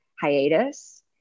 hiatus